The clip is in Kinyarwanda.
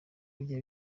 bijya